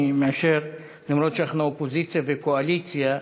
אני מאשר: למרות שאנחנו אופוזיציה וקואליציה,